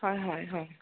হয় হয় হয়